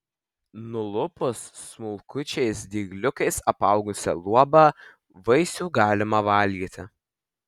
nulupus smulkučiais dygliukais apaugusią luobą vaisių galima valgyti